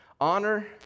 Honor